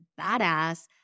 badass